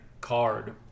card